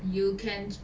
you can